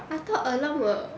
I thought alarm will